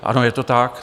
Ano je to tak.